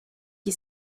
qui